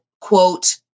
quote